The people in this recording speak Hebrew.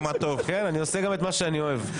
אני גם עושה את מה שאני אוהב.